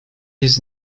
his